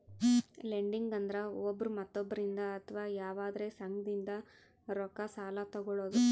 lending ಅಂದ್ರ ಒಬ್ರ್ ಮತ್ತೊಬ್ಬರಿಂದ್ ಅಥವಾ ಯವಾದ್ರೆ ಸಂಘದಿಂದ್ ರೊಕ್ಕ ಸಾಲಾ ತೊಗಳದು